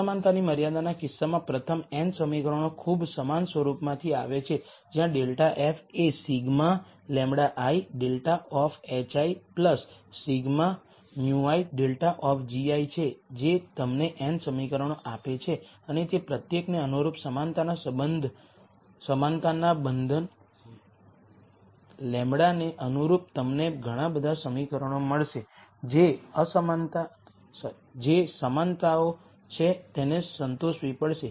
અસમાનતાની મર્યાદાના કિસ્સામાં પ્રથમ n સમીકરણો ખૂબ સમાન સ્વરૂપમાંથી આવે છે જ્યાં ∇ f એ σ λi ∇ of hi σ μi ∇ of gi જે તમને n સમીકરણો આપે છે અને તે પ્રત્યેકને અનુરૂપ સમાનતાના બંધન λ ને અનુરૂપ તમને ઘણા બધા સમીકરણો મળશે જે સમાનતાઓ છે તેને સંતોષવી પડશે